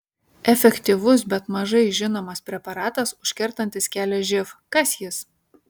efektyvus bet mažai žinomas preparatas užkertantis kelią živ kas jis